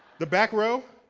the back row?